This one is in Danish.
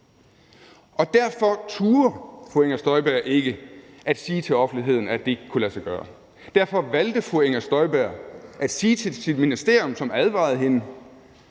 Derfor turde fru Inger Støjberg ikke at sige til offentligheden, at det ikke kunne lade sig gøre. Derfor valgte fru Inger Støjberg at sige til sit ministerium, som advarede hende: